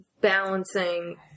balancing